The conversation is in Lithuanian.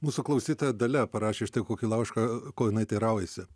mūsų klausytoja dalia parašė štai kokį laišką ko jinai teiraujasi